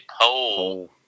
pole